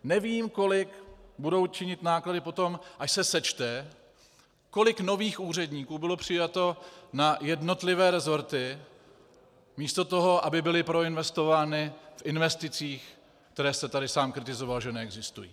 Nevím, kolik budou činit náklady potom, až se sečte, kolik nových úředníků bylo přijato na jednotlivé resorty místo toho, aby byly proinvestovány v investicích, které jste tady sám kritizoval, že neexistují.